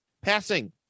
Passing